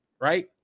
right